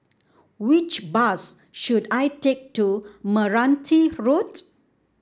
which bus should I take to Meranti Road